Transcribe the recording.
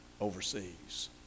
overseas